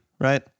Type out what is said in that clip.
right